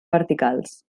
verticals